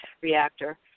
reactor